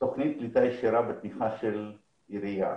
תוכנית קליטה ישירה בתמיכה של העירייה